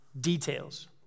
details